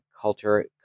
culture